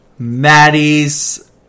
Maddie's